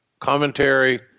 commentary